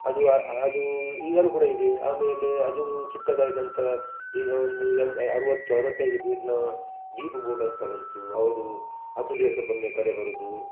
ಅದು ಅದು ಈಗಲೂ ಕೂಡ ಇದೆ ಆಮೇಲೆ ಅದು ಚಿಕ್ಕದಾಯ್ತಂತ ಈಗ ಒಂದು ಎಮ್ ಅರವತ್ತು ಅರವತ್ತೈದು ಪೀಟ್ನಾ ಡೀಪ್ ಬೋಟ್ ಅಂತ ಬಂತು ಅವರು ಹತ್ತು ದಿವಸಕ್ಕೊಮ್ಮೆ ಕರೆ ಬರುವುದು